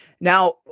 Now